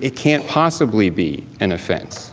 it can't possibly be an offense